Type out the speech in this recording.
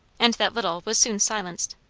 and that little was soon silenced.